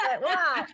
Wow